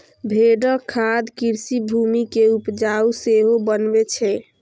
भेड़क खाद कृषि भूमि कें उपजाउ सेहो बनबै छै